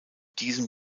diesem